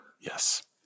Yes